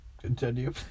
Continue